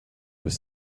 was